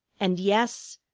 and yes,